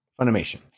funimation